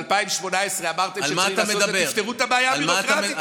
ב-2018 אמרתם שאתם תפתרו את הבעיה הזאת בכנסת הזאת.